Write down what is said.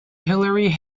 hilary